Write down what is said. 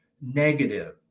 negative